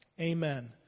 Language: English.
amen